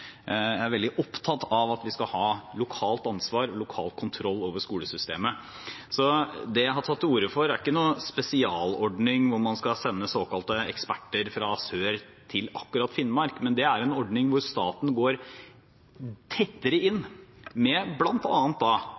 Jeg er veldig opptatt av at vi skal ha lokalt ansvar og lokal kontroll over skolesystemet. Det jeg har tatt til orde for, er ikke noen spesialordning hvor man skal sende såkalte eksperter fra sør til akkurat Finnmark, men det er en ordning hvor staten går tettere inn med